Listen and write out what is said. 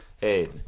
hey